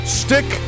stick